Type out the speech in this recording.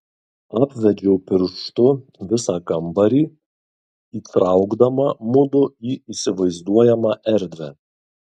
apvedžiau pirštu visą kambarį įtraukdama mudu į įsivaizduojamą erdvę